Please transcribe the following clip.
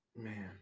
man